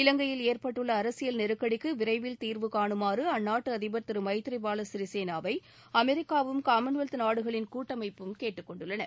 இலங்கையில் ஏற்பட்டுள்ள அரசியல் நெருக்கடிக்கு விரைவில் தீர்வு கானுமாறு அந்நாட்டு அதிபர் மைத்றிபால சிறிசேனாவை அமெரிக்காவும் காமன்வெல்த் நாடுகளின் கூட்டமைப்பும் கூட்டுக்கொண்டுள்ளன